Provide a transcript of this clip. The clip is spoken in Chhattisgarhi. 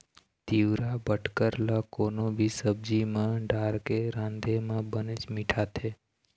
तिंवरा बटकर ल कोनो भी सब्जी म डारके राँधे म बनेच मिठाथे